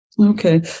Okay